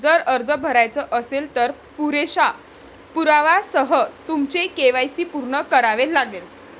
जर अर्ज भरायचा असेल, तर पुरेशा पुराव्यासह तुमचे के.वाय.सी पूर्ण करावे लागेल